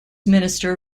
minister